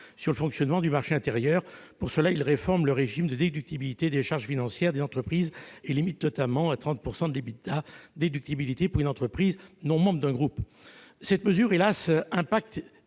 sur le fonctionnement du marché intérieur. Pour cela, il réforme le régime de déductibilité des charges financières des entreprises. Il limite notamment à 30 % de l'EBITDA- -la déductibilité par une entreprise non membre d'un groupe. Cette mesure, hélas, impacte